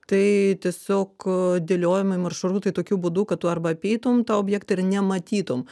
tai tiesiog dėliojami maršrutai tokiu būdu kad tu arba apeitum tą objektą ir nematytum